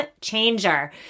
changer